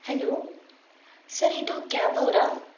hello sir ಇದು cab ಅವರಾ